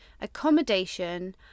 accommodation